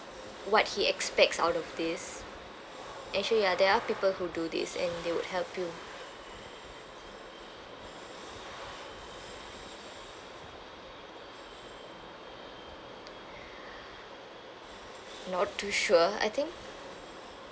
what he expects out of this actually ya there are people who do this and they would help you not too sure I think